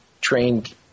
trained